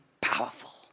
powerful